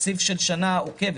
תקציב של שנה עוקבת,